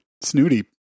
snooty